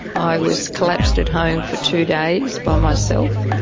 i was collapsed at home for two days by myself,